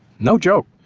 no joke.